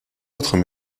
autres